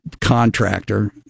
contractor